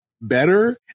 better